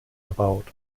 erbaut